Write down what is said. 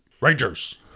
Rangers